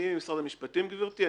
אני משרד המשפטים, גבירתי.